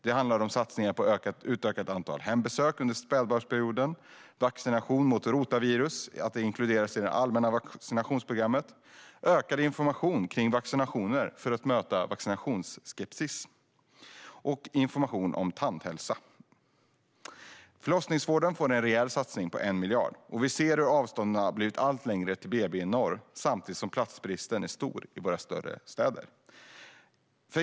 Det handlar om satsningar på ett utökat antal hembesök under spädbarnsperioden, att vaccination mot rotavirus inkluderas i det allmänna vaccinationsprogrammet, ökad information om vaccinationer för att möta vaccinationsskepticism samt information om tandhälsa. Förlossningsvården får en rejäl satsning på 1 miljard. Vi ser hur avstånden blivit allt längre till BB i norr samtidigt som platsbristen är stor i våra större städer.